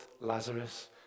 Lazarus